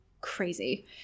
crazy